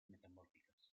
metamórficas